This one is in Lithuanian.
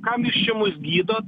kam jūs čia mus gydot